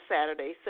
Saturday